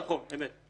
נכון, אמת.